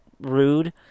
rude